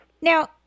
Now